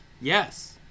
Yes